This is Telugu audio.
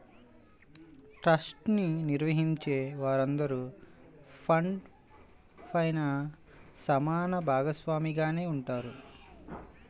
ట్రస్ట్ ని నిర్వహించే వారందరూ ఫండ్ పైన సమాన భాగస్వామిగానే ఉంటారు